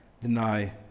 deny